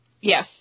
Yes